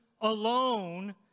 alone